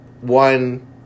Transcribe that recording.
one